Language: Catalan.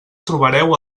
trobareu